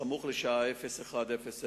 סמוך לשעה 01:00,